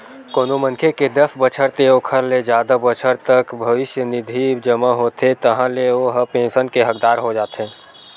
कोनो मनखे के दस बछर ते ओखर ले जादा बछर तक भविस्य निधि जमा होथे ताहाँले ओ ह पेंसन के हकदार हो जाथे